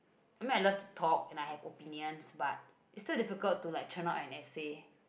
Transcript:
I mean I love to talk and I have opinions but it's so difficult to like churn out an essay